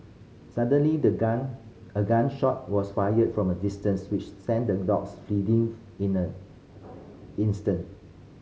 suddenly the gun a gun shot was fired from a distance which sent the dogs fleeing in an instant